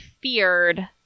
feared